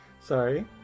Sorry